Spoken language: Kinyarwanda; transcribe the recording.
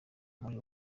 muri